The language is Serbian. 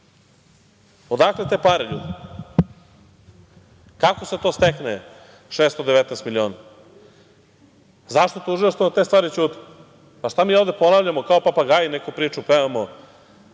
Odakle te pare, ljudi? Kako se to stekne 619 miliona? Zašto Tužilaštvo na te stvari ćuti? Šta, mi ovde ponavljamo kao papagaji neku priču, pevamo